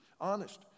Honest